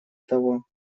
того